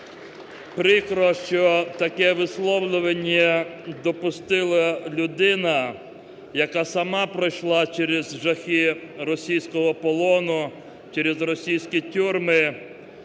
Прикро, що таке висловлювання допустила людина, яка сама пройшла через жахи російського полону, через російські тюрми.